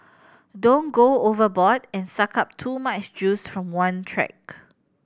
don't go overboard and suck up too much juice from one track